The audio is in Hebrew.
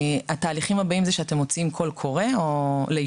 התהליכים הבאים זה שאתם מוציאים קול קורא לישובים,